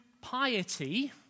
piety